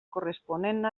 corresponent